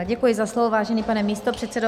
Děkuji za slovo, vážený pane místopředsedo.